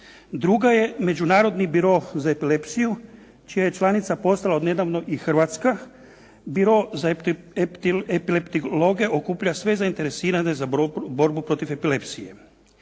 Druga je Međunarodni biro za epilepsiju čija je članica postala od nedavno i Hrvatska, Biro za epileptiloge okuplja sve zainteresirane za borbu protiv epilepsije.